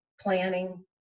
planning